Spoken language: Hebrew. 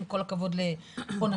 עם כל הכבוד לעונשים.